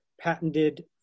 patented